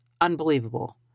unbelievable